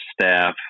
staff